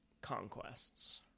conquests